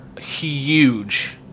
huge